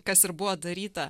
kas ir buvo daryta